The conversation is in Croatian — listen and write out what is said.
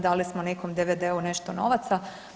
Dali smo nekom DVD-u nešto novaca.